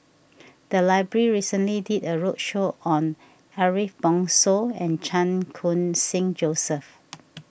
the library recently did a roadshow on Ariff Bongso and Chan Khun Sing Joseph